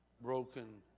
Broken